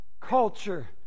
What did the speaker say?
culture